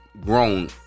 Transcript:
grown